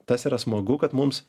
tas yra smagu kad mums